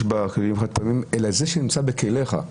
בכלים החד-פעמיים אלא זה שנמצא בכליך.